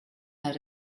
her